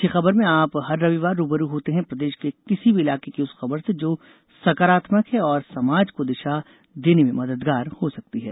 अच्छी खबर में आप हर रविवार रू ब रू होते हैं प्रदेश के किसी भी इलाके की उस खबर से जो सकारात्मक है और समाज को दिशा देने में मददगार हो सकती है